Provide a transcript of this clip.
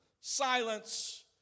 silence